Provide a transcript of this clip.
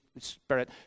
Spirit